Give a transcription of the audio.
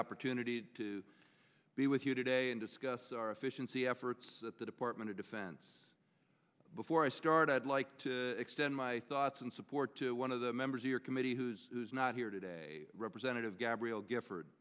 opportunity to be with you today and discuss our efficiency efforts at the department of defense before i start i'd like to extend my thoughts and support to one of the members of your committee who's not here today representative gabrielle gifford